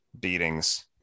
beatings